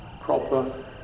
proper